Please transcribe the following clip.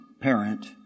parent